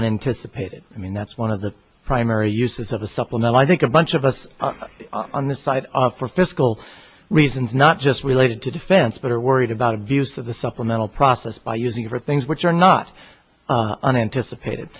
it i mean that's one of the primary uses of a supplemental i think a bunch of us on the side for fiscal reasons not just related to defense but are worried about of use of the supplemental process by using for things which are not unanticipated